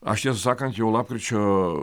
aš tiesą sakant jau lapkričio